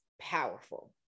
powerful